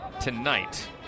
tonight